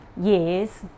years